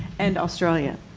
and australia.